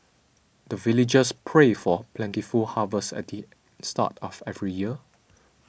the villagers pray for plentiful harvest at the start of every year